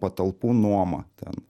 patalpų nuoma ten